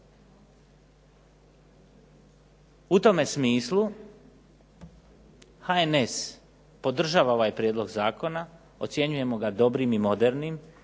U tome smislu HNS podržava ovaj prijedlog zakona, ocjenjujemo ga dobrim i modernim,